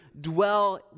dwell